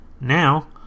now